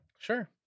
Sure